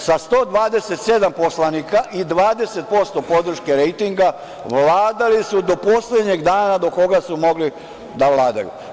Sa 127 poslanika i 20% podrške rejtinga, vladali su do poslednjeg dana do koga su mogli da vladaju.